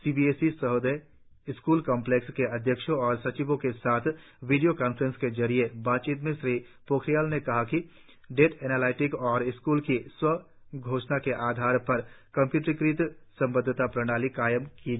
CBSE Sahodaya school complex के अध्यक्षों और सचिवों के साथ वीडियो कॉन्फ्रेंस के जरिए बातचीत में श्री पोखरियाल ने कहा कि डेटा एनालिटिक्स और स्कूलों की स्व घोषणा के आधार पर कम्यूटरीक़त संबद्धता प्रणाली कायम की जाएगी